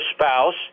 spouse